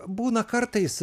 būna kartais